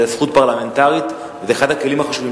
זו זכות פרלמנטרית ואחד הכלים החשובים